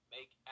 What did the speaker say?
Make